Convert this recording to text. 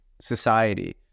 society